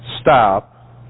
stop